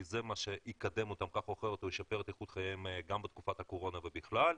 כי זה מה שיקדם אותם או ישפר את איכות חייהם גם בתקופת הקורונה ובכלל,